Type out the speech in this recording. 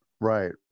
right